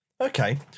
Okay